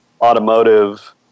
automotive